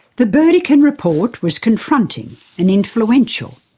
the burdekin report was confronting and influential.